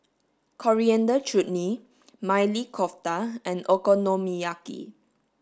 Coriander Chutney Maili Kofta and Okonomiyaki